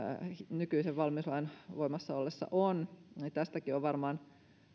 nykyisen valmiuslain voimassaollessa on niin tästäkin on varmaan